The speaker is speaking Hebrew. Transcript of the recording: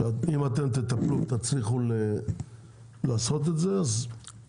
שאם תצליחו לעשות את זה, זו תהיה הצלחה גדולה.